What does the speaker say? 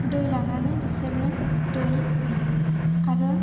दै लानानै बिसोरनो दै हैयो आरो